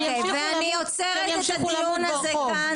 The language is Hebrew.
אוקיי, אני עוצרת את הדיון הזה כאן.